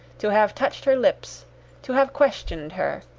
to have touched her lips to have questioned her,